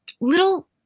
Little